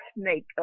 snake